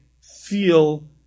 feel